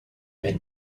been